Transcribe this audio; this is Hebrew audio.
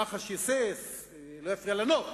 כך שלא יפריע לנוף.